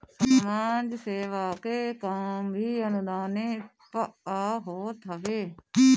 समाज सेवा के काम भी अनुदाने पअ होत हवे